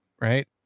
right